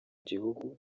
gihugu